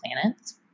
planets